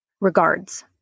Regards